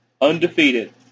Undefeated